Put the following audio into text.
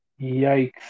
Yikes